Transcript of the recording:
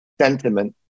sentiment